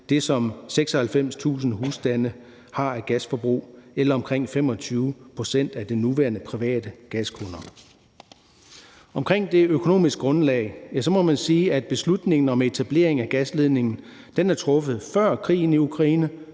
det, som 96.000 husstande har af gasforbrug, og det svarer til omkring 25 pct. af de nuværende private gaskunder. Omkring det økonomiske grundlag må man sige, at beslutningen om etablering af gasledningen er truffet før krigen i Ukraine,